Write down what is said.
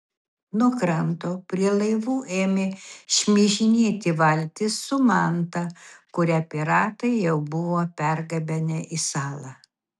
nuo kranto prie laivų ėmė šmižinėti valtys su manta kurią piratai jau buvo pergabenę į salą